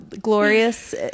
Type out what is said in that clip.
glorious